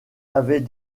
avait